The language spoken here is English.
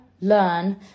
learn